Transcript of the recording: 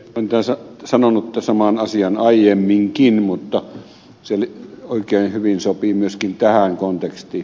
olen sanonut tämän saman asian aiemminkin mutta se oikein hyvin sopii myöskin tähän kontekstiin